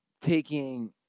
taking